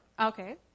Okay